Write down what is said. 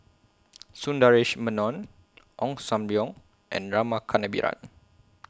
Sundaresh Menon Ong SAM Leong and Rama Kannabiran